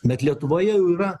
bet lietuvoje jau yra